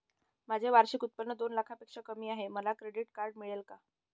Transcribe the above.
माझे वार्षिक उत्त्पन्न दोन लाखांपेक्षा कमी आहे, मला क्रेडिट कार्ड मिळेल का?